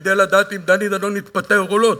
כדי לדעת אם דני דנון מתפטר או לא.